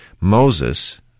Moses